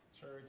Church